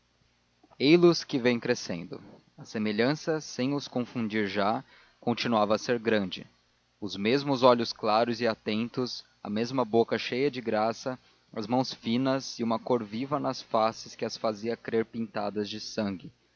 crescendo ei los que vêm crescendo a semelhança sem os confundir já continuava a ser grande os mesmos olhos claros e atentos a mesma boca cheia de graça as mãos finas e uma cor viva nas faces que as fazia crer pintadas de sangue